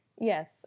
yes